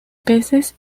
peces